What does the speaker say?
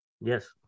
Yes